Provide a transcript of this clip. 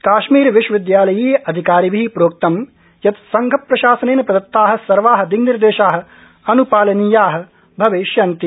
काश्मीर विश्वविद्यालयीय अधिकारिभि प्रोक्तं यत् संघ प्रशासनेन प्रदत्ता सर्वा दिङ्निर्देशा अन्पालनीया भविष्यन्ति